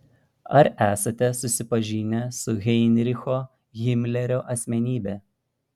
ar esate susipažinęs su heinricho himlerio asmenybe